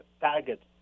target